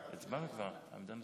תודה רבה.